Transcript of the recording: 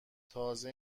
تازه